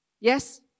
Yes